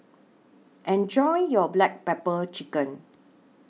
Enjoy your Black Pepper Chicken